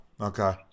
okay